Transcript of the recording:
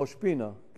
בראש-פינה.